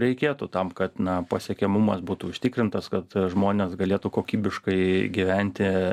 reikėtų tam kad na pasiekiamumas būtų užtikrintas kad žmonės galėtų kokybiškai gyventi